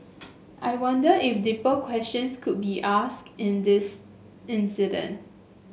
I wonder if deeper questions could be asked in this incident